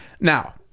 Now